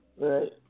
Right